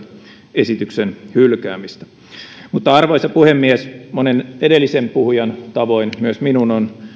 esityksen hylkäämistä arvoisa puhemies monen edellisen puhujan tavoin myös minun on